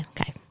okay